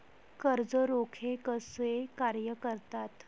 कर्ज रोखे कसे कार्य करतात?